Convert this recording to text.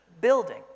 building